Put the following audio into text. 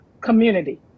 community